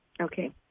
Okay